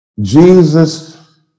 Jesus